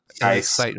nice